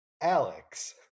Alex